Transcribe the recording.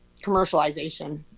commercialization